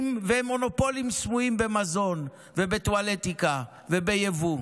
ומונופולים סמויים במזון ובטואלטיקה וביבוא.